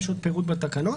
יש עוד פירוט בתקנות.